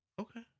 Okay